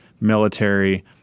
military